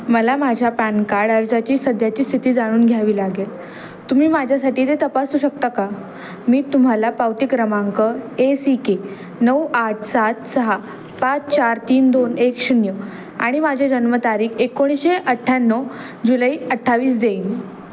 मला माझ्या PAN card अर्जाची सध्याची स्थिती जाणून घ्यावी लागेल तुम्ही माझ्यासाठी ते तपासू शकता का मी तुम्हाला पावती क्रमांक ए सी के नऊ आठ सात सहा पाच चार तीन दोन एक शून्य आणि माझे जन्मतारीख एकोणीसशे अठ्ठ्याण्णव जुलै अठ्ठावीस देईन